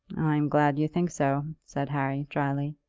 i'm glad you think so, said harry, drily.